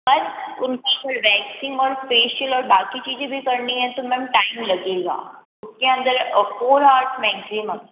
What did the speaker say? अगर उनकी full waxing और फेशिअल और बाकी चीज़ें भी करनी है तो मैम टाइम लगेगा उसके अन्दर फोर आर्स मैग्ज़िमम